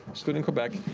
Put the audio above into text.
excluding quebec.